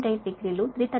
8 డిగ్రీలు 330